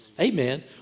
amen